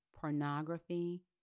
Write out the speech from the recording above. pornography